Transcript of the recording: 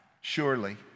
surely